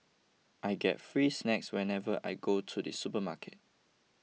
I get free snacks whenever I go to the supermarket